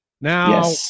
Now